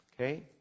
Okay